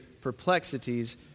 perplexities